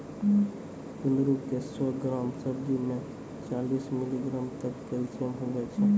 कुंदरू के सौ ग्राम सब्जी मे चालीस मिलीग्राम तक कैल्शियम हुवै छै